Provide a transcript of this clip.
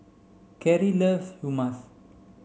Kerry loves Hummus